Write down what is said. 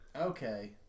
Okay